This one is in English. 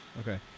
Okay